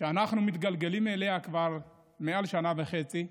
שאנחנו מתגלגלים אליה כבר מעל שנה וחצי,